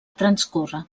transcórrer